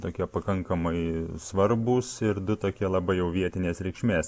tokie pakankamai svarbūs ir du tokie labai jau vietinės reikšmės